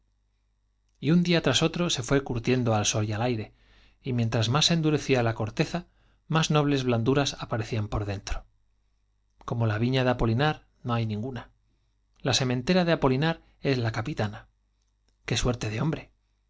y agradecimiento yun día tras de otro se fué curtiendo al sol y al aire y mientras más se endurecía la corteza más nobles blanduras por dentro como la viña de aparecían la sementera de apolinar apolinar no hay ninguna es la capitana de hombre